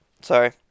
Sorry